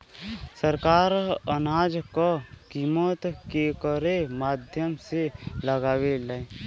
सरकार अनाज क कीमत केकरे माध्यम से लगावे ले?